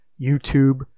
YouTube